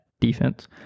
defense